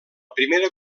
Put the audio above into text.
primera